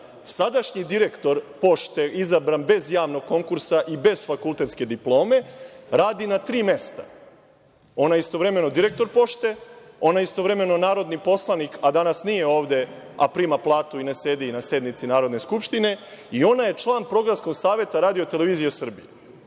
sadašnji direktor Pošte, izabran bez javnog konkursa i bez fakultetske diplome, radi na tri mesta. Ona je istovremeno direktor Pošte, ona je istovremeno narodni poslanik, a danas nije ovde, a prima platu i ne sedi na sednici Narodne skupštine, i ona je član Programskog saveta RTS-a. Vidite,